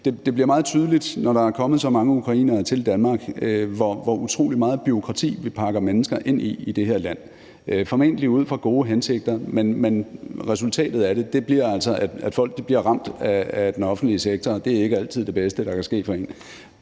det bliver meget tydeligt, når der er kommet så mange ukrainere til Danmark, hvor utrolig meget bureaukrati vi pakker mennesker ind i i det her land – formentlig ud fra gode hensigter. Men resultatet af det bliver altså, at folk bliver ramt af den offentlige sektor, og det er ikke altid det bedste, der kan ske for en